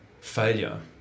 failure